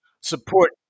support